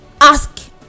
ask